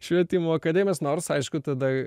švietimo akademijos nors aišku tada